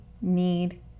need